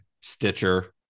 Stitcher